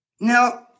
Now